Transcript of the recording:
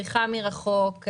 צריכה מרחוק,